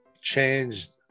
changed